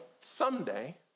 someday